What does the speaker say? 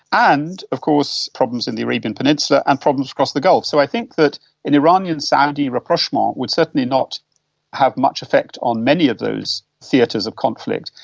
and of course problems in the arabian peninsula and problems across the gulf. so i think that an iranian-saudi rapprochement would certainly not have much effect on many of those theatres of conflict.